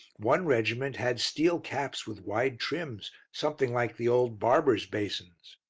one regiment had steel caps with wide trims, something like the old barbers' basins.